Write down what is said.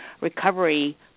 recovery